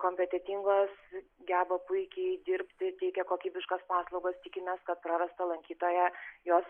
kompetentingos geba puikiai dirbti teikia kokybiškas paslaugas tikimės kad prarastą lankytoją jos